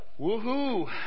Woohoo